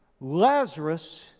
Lazarus